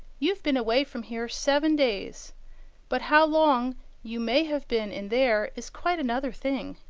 you've been away from here seven days but how long you may have been in there is quite another thing.